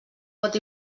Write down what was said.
pot